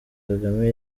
kagame